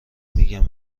میگم